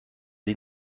این